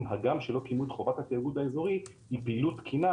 הגם שלא קיימו את חובת התאגוד האזורי היא פעילות תקינה